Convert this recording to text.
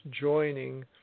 joining